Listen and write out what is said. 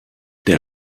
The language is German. der